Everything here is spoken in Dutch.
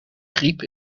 griep